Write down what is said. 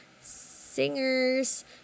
singers